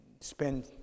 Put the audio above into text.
spend